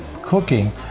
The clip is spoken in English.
cooking